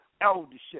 eldership